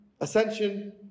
Ascension